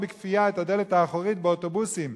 בכפייה את הדלת האחורית באוטובוסים,